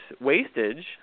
wastage